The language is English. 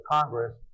Congress